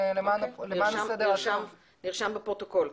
למען הסדר הטוב --- נרשם בפרוטוקול.